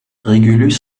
régulus